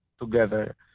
together